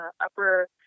upper